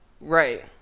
Right